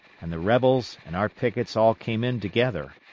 and the rebels and our pickets all came in together.